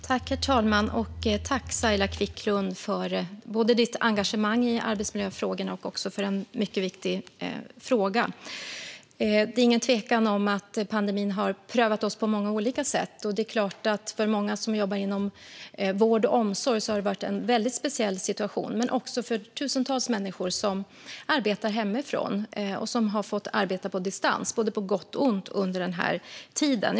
Herr talman! Tack, Saila Quicklund, både för ditt engagemang i arbetsmiljöfrågorna och för en mycket viktig fråga! Det är ingen tvekan om att pandemin har prövat oss på många olika sätt. Det är klart att det för många som jobbar inom vård och omsorg har varit en väldigt speciell situation. Men det har det också varit för tusentals människor som arbetar hemifrån och som har fått arbeta på distans, på gott och ont, under den här tiden.